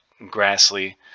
Grassley